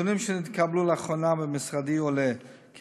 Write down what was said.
מנתונים שהתקבלו לאחרונה במשרדי עולה כי